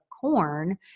corn